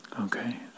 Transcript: Okay